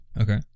Okay